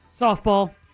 softball